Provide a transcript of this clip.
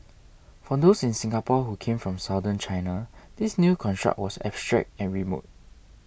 for those in Singapore who came from Southern China this new construct was abstract and remote